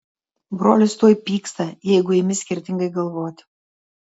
brolis tuoj pyksta jeigu imi skirtingai galvoti